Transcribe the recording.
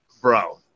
Bro